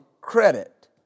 credit